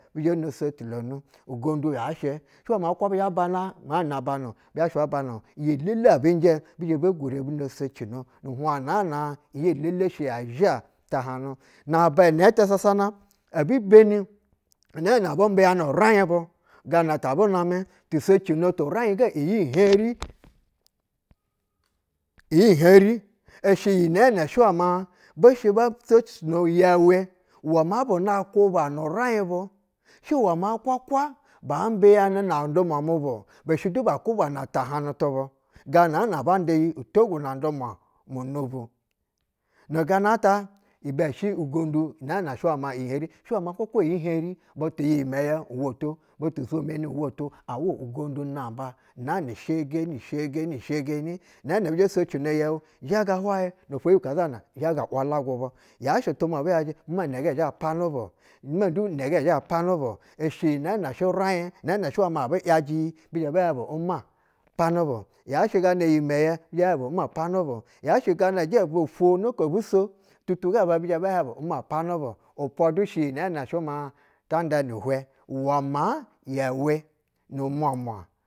Bizhɛ no sohewnu gondu ya shɛ shɛ wɛ ma kwa bi zhɛ abana ubana bizha shɛ ayana-o iyi elole abinjɛjɛ iyi elele shɛ ya zha tahanu. Na aba inɛtɛ sasana ebi beni nɛɛne abu mbiyanɛ urain bug a na ta bu namɛ to so cino turain ga iyi heri iyi heri ishɛ inɛɛnɛ shɛ uwɛ mabɛ mabɛ shɛ bo socino yɛu uwɛ maa buna kwuba nu uraih bu, shɛ wɛ maa kwakwa baa mbiyanɛ nondumwa mubu-o, bu shɛ duba kwuba na tahanu tubu, gana abanda iyi utogu na ndumwa mu nu bu-o. Nu ganata, ibɛ shɛ ugondu unaa na shɛ ma iyi heri, shɛ wɛ ma kwakwa iyi heri butu yɛ iyimɛ n woto, butu swe meni n woto, awo! Ugondu namba anaa na shegeni shegeni shegeni inɛɛnɛ bizhɛ socino yɛu zhaga hwayɛ nofwo yibi kaza na zha walagu bu. Yashɛ tumwa abi yajɛ uma unɛgɛ zha panɛ bu, uma du inɛgɛ zha panɛ bu ishɛ iyi nɛɛnɛ shɛ raiy nɛɛnɛ shɛ ma abu yajɛ yi bi zhɛ bɛ hiɛy bu uma panɛ bu yashɛ gana iyimɛyɛ bi zhɛ hiɛh bu uma panɛ bu. Yashɛ gana ijɛ-aba fwo nako asuso ututu gabɛ bizhɛ bɛ hiɛy bu uma zhaga panɛ bu. Upwa du shɛ iyi nɛɛnɛ shɛ ma ta nda ni-ihwɛ vwɛ maa yɛu nu-umwamwa.